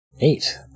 Eight